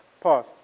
Pause